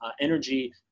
energy